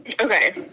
Okay